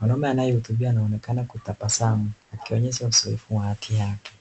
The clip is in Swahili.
mwanaume anaye hutubia anaonekana kutabasamu akinyesha uzoefu wa haki yake.